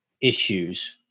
issues